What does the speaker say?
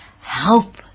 Help